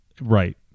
Right